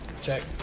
check